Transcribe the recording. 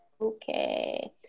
Okay